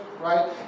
right